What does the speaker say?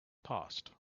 passed